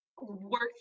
work